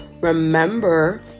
Remember